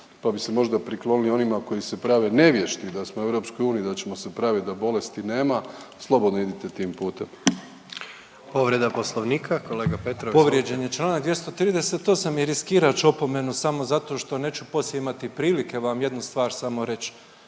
pa bi se možda priklonili onima koji se prave nevješti da smo u EU i da ćemo se praviti da bolesti nema slobodno idite tim putem. **Jandroković, Gordan (HDZ)** Povreda Poslovnika, kolega Petrov. **Petrov, Božo (MOST)** Povrijeđen je Članak 238. i riskirat ću opomenu samo zato što neću poslije imati prilike vam jednu stvar samo reći.